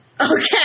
Okay